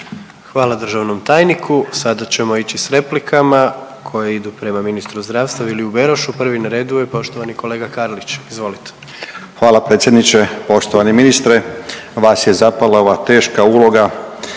Hvala državnom tajniku. Sada ćemo ići s replikama koje idu prema ministru zdravstva Viliju Berošu. Prvi na redu je poštovani kolega Karlić, izvolite. **Karlić, Mladen (HDZ)** Hvala predsjedniče. Poštovani ministre, vas je zapala ova teška uloga,